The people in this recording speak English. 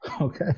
okay